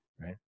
Right